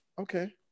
Okay